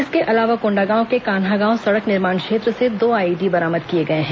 इसके अलावा कोंडागांव के कान्हागांव सड़क निर्माण क्षेत्र से दो आईईडी बरामद किए गए हैं